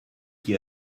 qui